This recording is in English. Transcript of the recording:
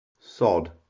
sod